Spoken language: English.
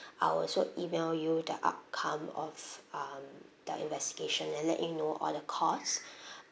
I will also email you the outcome of um the investigation and let you know all the cause